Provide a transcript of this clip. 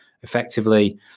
effectively